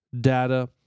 data